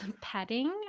petting